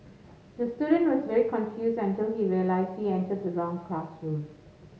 the student was very confused until he realised he entered the wrong classroom